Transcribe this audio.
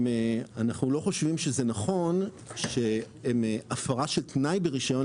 אנחנו לא חושבים שזה נכון שהפרה של תנאי ברישיון,